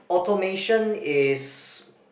automation is